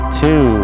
two